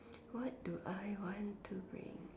what do I want to bring